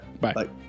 Bye